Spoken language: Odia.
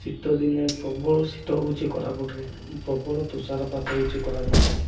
ଶୀତ ଦିନେ ପ୍ରବଳ ଶୀତ ହେଉଛି କୋରାପୁଟରେ ପ୍ରବଳ ତୁଷାରପାତ ହେଉଛି କୋରାପୁଟରେ